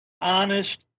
honest